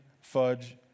Fudge